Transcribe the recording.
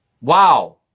Wow